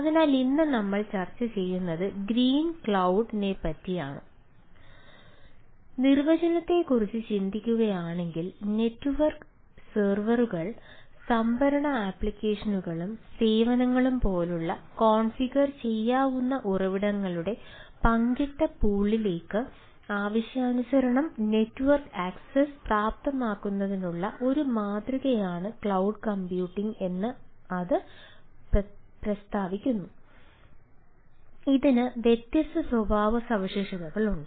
അതിനാൽ ഇന്ന് നമ്മൾ ചർച്ച ചെയ്യുന്നത് ഗ്രീൻ ക്ലൌഡ് പറ്റി ആണ് നിർവചനത്തെക്കുറിച്ച് ചിന്തിക്കുകയാണെങ്കിൽ നെറ്റ്വർക്ക് സെർവറുകൾഉണ്ട്